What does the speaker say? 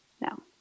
no